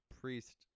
priest